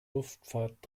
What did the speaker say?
luftfahrt